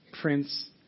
Prince